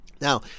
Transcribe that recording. Now